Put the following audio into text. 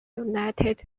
united